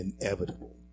inevitable